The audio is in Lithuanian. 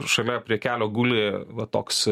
šalia prie kelio guli va toks